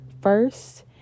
first